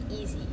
easy